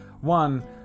one